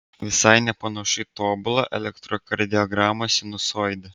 visai nepanašu į tobulą elektrokardiogramos sinusoidę